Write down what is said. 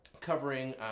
covering